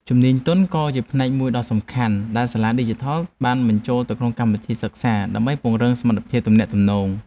ជំនាញទន់ក៏ជាផ្នែកមួយដ៏សំខាន់ដែលសាលាឌីជីថលបានបញ្ចូលទៅក្នុងកម្មវិធីសិក្សាដើម្បីពង្រឹងសមត្ថភាពទំនាក់ទំនង។